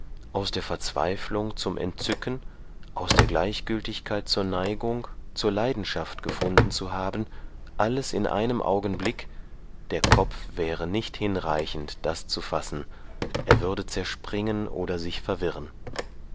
aus der verzweiflung zum entzücken aus der gleichgültigkeit zur neigung zur leidenschaft gefunden zu haben alles in einem augenblick der kopf wäre nicht hinreichend das zu fassen er würde zerspringen oder sich verwirren